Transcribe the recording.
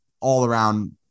all-around